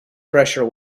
pressure